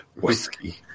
Whiskey